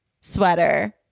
sweater